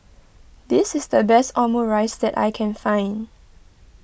this is the best Omurice that I can find